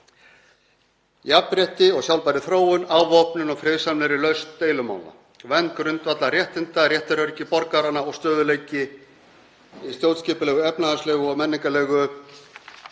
jafnrétti og sjálfbærri þróun, afvopnun og friðsamlegri lausn deilumála. Vernd grundvallarréttinda, réttaröryggi borgaranna og stöðugleiki í stjórnskipulegu, efnahagslegu, menningarlegu